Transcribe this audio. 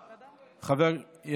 רבה לחבר הכנסת ניצן הורוביץ.